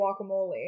guacamole